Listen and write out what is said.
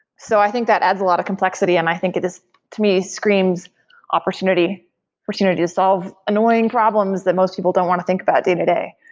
so i think that adds a lot of complexity and i think it is to me, screams opportunity opportunity to solve annoying problems that most people don't want to think about day-to-day.